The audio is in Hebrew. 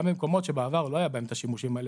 גם במקומות שבעבר לא היה בהם את השימושים האלה.